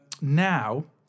Now